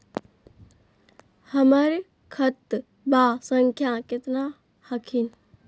हमर खतवा संख्या केतना हखिन?